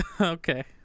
okay